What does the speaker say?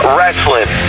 Wrestling